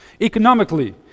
Economically